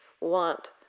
want